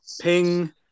Ping